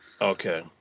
Okay